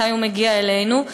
מתי הוא מגיע אלינו,